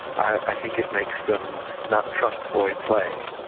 i think it makes them not trust boy play,